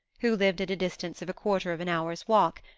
who lived at a distance of a quarter of an hour's walk,